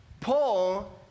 Paul